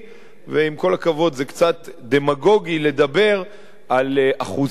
ועם כל הכבוד, זה קצת דמגוגי לדבר על אחוזי מס